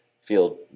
feel